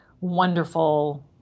wonderful